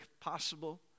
possible